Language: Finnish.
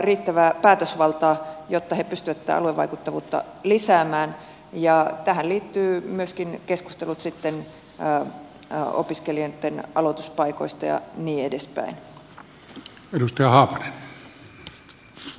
riittävää päätösvaltaa jotta he pystyvät tätä aluevaikuttavuutta lisäämään ja tähän liittyvät myöskin keskustelut sitten opiskelijoitten aloituspaikoista ja niin edespäin